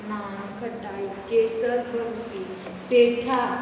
नान कटाई केसर पेठा